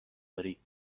داری